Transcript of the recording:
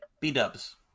B-dubs